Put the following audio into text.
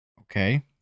Okay